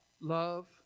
love